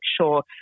sure